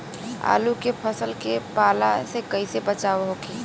आलू के फसल के पाला से कइसे बचाव होखि?